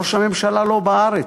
ראש הממשלה לא בארץ.